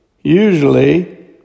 Usually